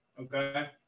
okay